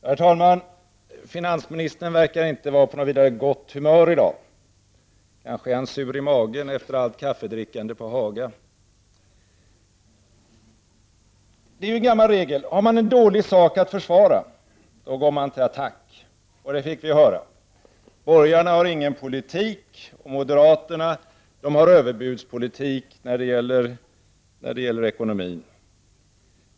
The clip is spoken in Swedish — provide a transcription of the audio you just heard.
Herr talman! Finansministern förefaller inte vara på något vidare gott humör i dag. Han kanske är sur i magen efter allt kaffedrickande på Haga. Det är gammal regel att om man har en dålig sak att försvara, går man till attack. Vi fick nu höra att borgarna inte har någon politik och att moderaterna har överbudspolitik när det gäller ekonomin.